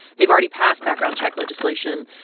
they've already passed background check legislation.